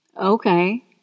Okay